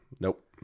Nope